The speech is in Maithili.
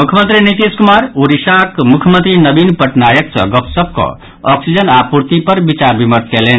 मुख्यमंत्री नीतीश कुमार ओडिसाक मुख्यमंत्री नवीन पटनायक सँ गपशप कऽ ऑक्सीजन आपूर्ति पर विचार विमर्श कयलनि